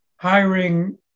hiring